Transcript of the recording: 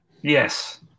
Yes